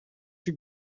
you